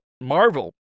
Marvel